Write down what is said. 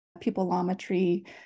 pupilometry